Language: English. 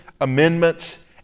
amendments